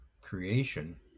creation